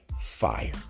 fire